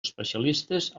especialistes